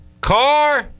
Car